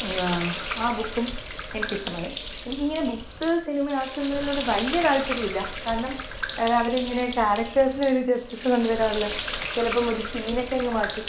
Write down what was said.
ആ ബുക്കും എനിക്കിഷ്ടമാണ് എനിക്കിങ്ങനെ ബുക്ക് സിനിമയാക്കുന്നതിനോട് വലിയ താല്പര്യവില്ല കാരണം അവരിങ്ങനെ ക്യാരക്റ്റേഴ്സിന് വേണ്ടി ജസ്റ്റിസ് കൊണ്ടുവരാറില്ല ചിലപ്പം ഒരു സീനക്കെ അങ്ങ് മാറ്റും